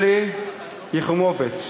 שלי יחימוביץ,